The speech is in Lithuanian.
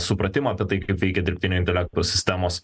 supratimą apie tai kaip veikia dirbtinio intelekto sistemos